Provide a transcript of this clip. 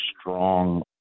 strong